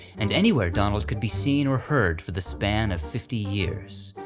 and anywhere donald could be seen or heard for the span of fifty years.